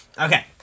Okay